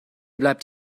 bleibt